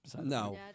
no